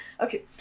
Okay